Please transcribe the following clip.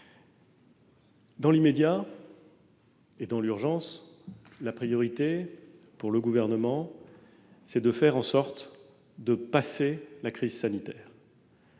Dans l'immédiat et dans l'urgence, la priorité, pour le Gouvernement, est de faire en sorte que nous puissions passer la crise sanitaire,